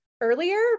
earlier